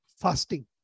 fasting